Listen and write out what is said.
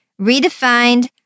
redefined